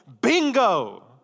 bingo